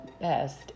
best